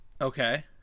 Okay